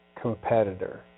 competitor